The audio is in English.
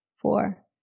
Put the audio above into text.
four